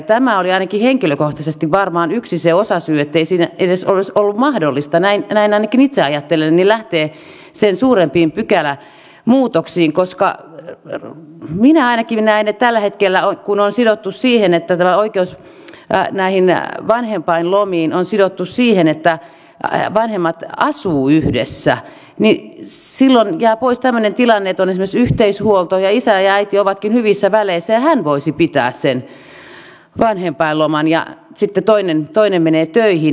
tämä oli ainakin minulle henkilökohtaisesti varmaan yksi osasyy ettei siinä edes olisi ollut mahdollista näin ainakin itse ajattelen lähteä sen suurempiin pykälämuutoksiin koska minä ainakin näen että tällä hetkellä kun tämä oikeus näihin vanhempainlomiin on sidottu siihen että vanhemmat asuvat yhdessä jää pois tämmöinen tilanne että on esimerkiksi yhteishuolto ja isä ja äiti ovatkin hyvissä väleissä jolloin hän voisi pitää sen vanhempainloman ja sitten toinen menee töihin